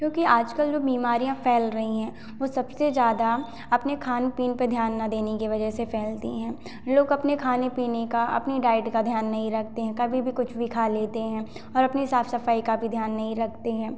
क्योंकि आज कल जो बीमारियाँ फैल रही हैं वो सबसे ज़्यादा अपने खान पीन पे ध्यान न देने की वजह से फैलती हैं लोग अपने खाने पीने का अपनी डाइट का ध्यान नहीं रखते हैं कभी भी कुछ भी खा लेते हैं और अपने साफ सफाई का भी ध्यान नहीं रखते हैं